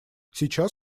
сейчас